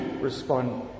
respond